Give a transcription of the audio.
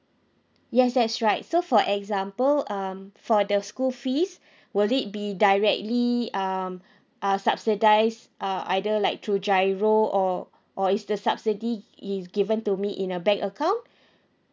yes that's right so for example um for the school fees will it be directly um uh subsidize uh either like through GIRO or or is the subsidy is given to me in a bank account